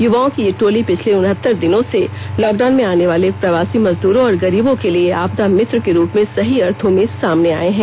युवाओं की यह टोली पिछले उनहत्तर दिनों से लॉकडाउन में आने वाले प्रवासी मजदूरों और गरीबों के लिए आपदा मित्र के रूप में सही अर्थो में सामने आये हैं